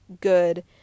good